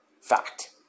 fact